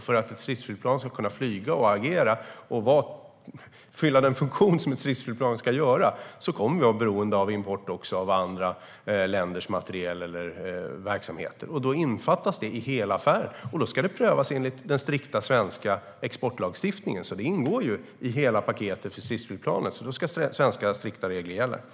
För att ett stridsflygplan ska kunna flyga, agera och fylla den funktion som ett stridsflygplan ska göra kommer vi att vara beroende av import av andra länders materiel eller verksamheter. Det innefattas i hela affären, och då ska det prövas enligt den strikta svenska exportlagstiftningen. Det ingår alltså i hela paketet för stridsflygplanet, och svenska strikta regler ska därför gälla.